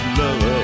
love